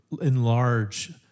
enlarge